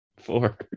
four